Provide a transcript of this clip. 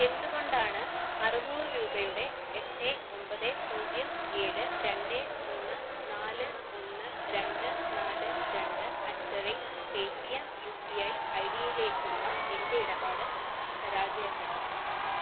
എന്തുകൊണ്ടാണ് അറുനൂറ് രൂപയുടെ എട്ട് ഒമ്പത് പൂജ്യം ഏഴ് രണ്ട് മൂന്ന് നാല് ഒന്ന് രണ്ട് നാല് രണ്ട് at the rate Paytm U P I I ഡിയിലേക്കുള്ള എൻ്റെ ഇടപാട് പരാജയപ്പെട്ടത്